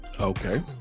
Okay